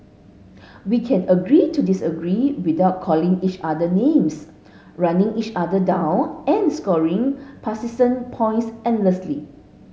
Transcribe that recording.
we can agree to disagree without calling each other names running each other down and scoring partisan points endlessly